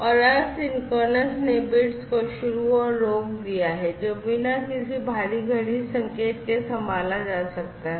और एसिंक्रोनस ने बिट्स को शुरू और रोक दिया है जो बिना किसी बाहरी घड़ी संकेत के संभाला जा सकता है